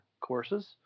courses